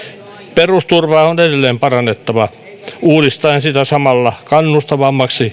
perusturvaa on edelleen parannettava uudistaen sitä samalla kannustavammaksi